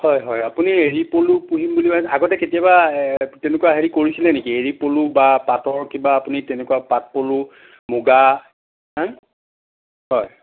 হয় হয় আপুনি এৰি পলু পুহিম বুলি আগতে কেতিয়াবা তেনেকুৱা হেৰি কৰিছিলে নেকি এৰী পলু বা পাটৰ কিবা আপুনি পাট পলু মুগা হে হয়